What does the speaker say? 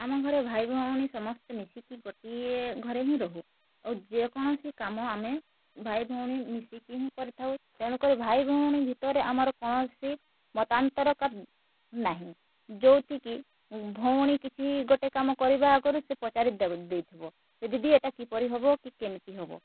ଆମ ଘରେ ଭାଇ ଭଉଣୀ ସମସ୍ତେ ମିଶିକି ଗୋଟିଏ ଘରେ ହିଁ ରହୁ ଆଉ ଯେକୌଣସି କାମ ଆମେ ଭାଇ ଭଉଣୀ ମିଶିକି ହିଁ କରିଥାଉ ତେଣୁ କରି ଭାଇ ଭଉଣୀ ଭିତରେ ଆମର କୌଣସି ମତାନ୍ତର କବ୍ ନାହିଁ ଯେଉଁଠି କି ଭଉଣୀ କିଛି ଗୋଟେ କାମ କରିବା ଆଗରୁ ସେ ପଚାରି ଦେଇଥିବ ଯେ ଦିଦି ଏଇଟା କିପରି ହବ କି କେମିତି ହବ